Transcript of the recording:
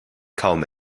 kaum